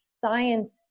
science